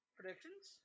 Predictions